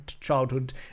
childhood